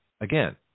Again